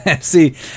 See